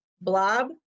blob